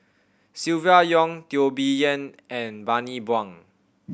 Silvia Yong Teo Bee Yen and Bani Buang